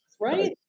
Right